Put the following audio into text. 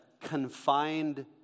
confined